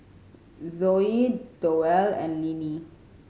Zoie Doyle and Linnie